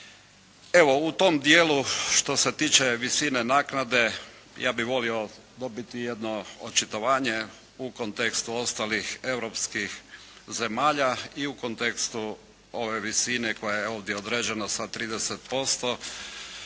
Evo, u tom dijelu što se tiče visine naknade, ja bih volio dobiti jedno očitovanje u kontekstu ostalih europskih zemalja i u kontekstu ove visine koja je ovdje određena sa 30%,